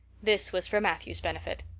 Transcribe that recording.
this was for matthew's benefit.